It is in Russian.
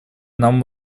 нам